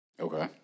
Okay